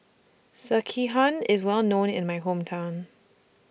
Sekihan IS Well known in My Hometown